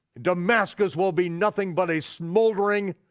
damascus will be nothing but a smoldering,